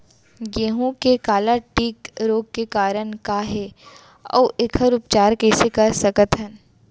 गेहूँ के काला टिक रोग के कारण का हे अऊ एखर उपचार कइसे कर सकत हन?